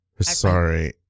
Sorry